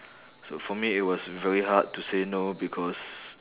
so for me it was very hard to say no because